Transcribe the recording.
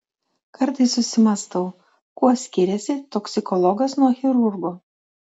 kartais susimąstau kuo skiriasi toksikologas nuo chirurgo